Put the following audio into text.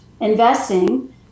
investing